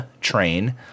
train